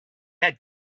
had